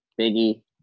Biggie